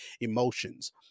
emotions